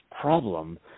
problem